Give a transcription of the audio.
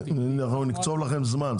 נקצוב לכם זמן.